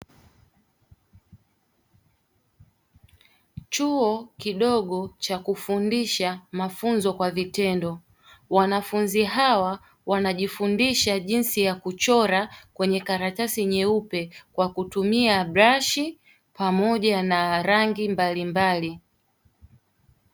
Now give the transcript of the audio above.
Chuo kidogo cha kufundisha mafunzo kwa vitendo, wanafunzi hawa wanajifundisha jinsi ya kuchora kwenye karatasi nyeupe kwa kutumia burashi pamoja na rangi mbalimbali.